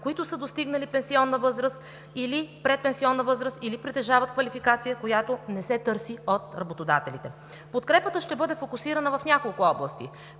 които са достигнали пенсионна възраст или предпенсионна възраст, или притежават квалификация, която не се търси от работодателите. Подкрепата ще бъде фокусирана в няколко области: